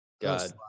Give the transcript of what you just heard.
God